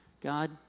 God